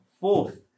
Fourth